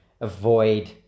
avoid